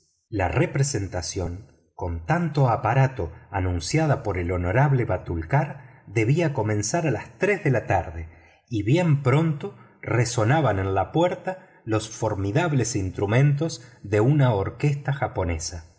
la representación con tanto aparato anunciada por el honorable batulcar debía comenzar a las tres de la tarde y bien pronto resonaban en la puerta los formidables instrumentos de una orquesta japonesa